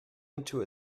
into